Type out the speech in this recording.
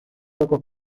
loco